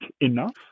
enough